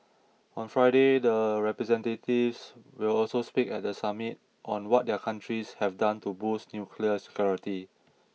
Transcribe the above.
on Friday the representatives will also speak at the summit on what their countries have done to boost nuclear security